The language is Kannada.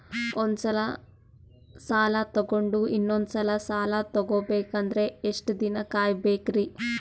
ಒಂದ್ಸಲ ಸಾಲ ತಗೊಂಡು ಇನ್ನೊಂದ್ ಸಲ ಸಾಲ ತಗೊಬೇಕಂದ್ರೆ ಎಷ್ಟ್ ದಿನ ಕಾಯ್ಬೇಕ್ರಿ?